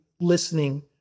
listening